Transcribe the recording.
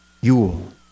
Yule